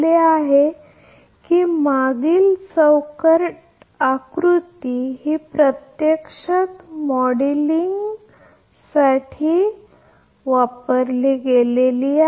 त्याचप्रमाणे येथे आपण हे देखील पाहिले आहे हे देखील आपण पाहिले आहे की मागील ब्लॉक आकृती हे प्रत्यक्षात मॉडेलिंग आहे